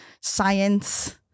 science